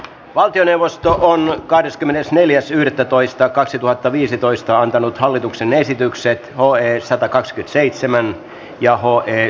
asiana on kahdeskymmenesneljäs yhdettätoista kaksituhattaviisitoista antanut hallituksen esitykseen hohi satakakskytseitsemän ja aho ei